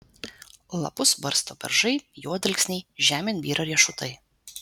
lapus barsto beržai juodalksniai žemėn byra riešutai